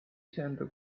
iseenda